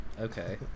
Okay